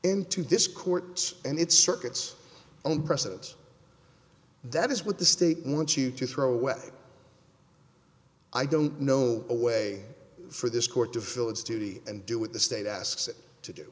into this court and its circuits own precedence that is what the state wants you to throw away i don't know a way for this court to fill its duty and do it the state asks it to do